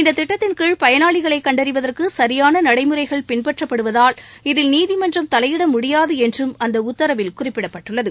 இந்த திட்டத்தின்கீழ் பயனாளிகளை கண்டறிவதற்கு சியான நடைமுறைகள் பின்பற்றப்படுவதால் இதில் நீதிமன்றம் தலையிட முடியாது என்றும் அந்த உத்தரவில் குறிப்பிடப்பட்டுள்ளது